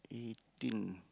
eighteen